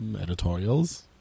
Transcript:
editorials